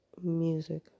music